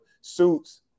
Suits